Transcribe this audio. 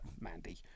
mandy